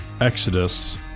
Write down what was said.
Exodus